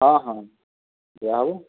ହଁ ହଁ ଦିଆହେବ